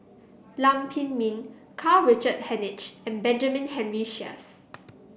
Lam Pin Min Karl Richard Hanitsch and Benjamin Henry Sheares